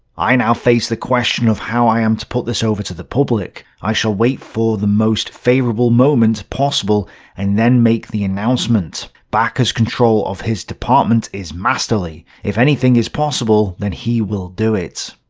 i now face the question of how i am to put this over to the public. i shall wait for the most favourable moment possible and then make the announcement. backe's control of his department is masterly. if anything is possible, then he will do it.